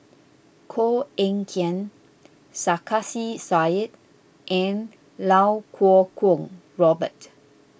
Koh Eng Kian Sarkasi Said and Iau Kuo Kwong Robert